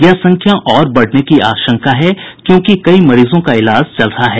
यह संख्या और बढ़ने की आशंका है क्योकि कई मरीजों का इलाज चल रहा है